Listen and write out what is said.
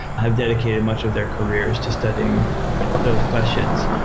have dedicated much of their careers just studying those questions.